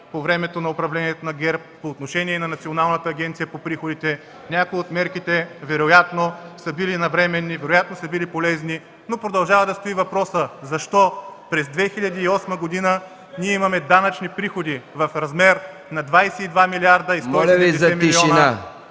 Моля Ви за тишина!